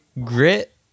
grit